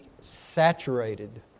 saturated